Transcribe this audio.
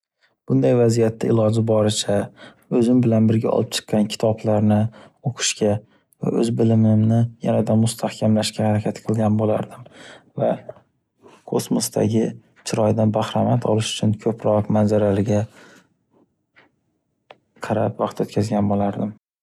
Bunday vaziyatda iloji boricha o’zim bilan birga olib chiqqan kitoblarni o’qishga va o’z bilimimni yanada mustahkamlashga harakat qilgan bo’lardim, va kosmosdagi chiroydan bahramand olish uchun ko’proq manzaralaga qarab vaqt o’tkazgan bolardim.